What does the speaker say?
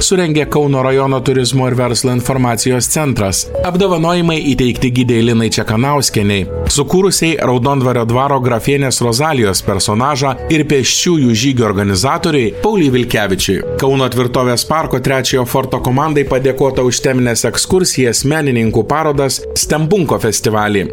surengė kauno rajono turizmo ir verslo informacijos centras apdovanojimai įteikti gidei linai čekranauskienei sukūrusiai raudondvario dvaro grafienės rozalijos personažą ir pėsčiųjų žygio organizatorei pauliui vilkevičiui kauno tvirtovės parko trečiojo forto komandai padėkota už temines ekskursijas menininkų parodas stembunko festivalį